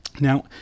now